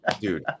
Dude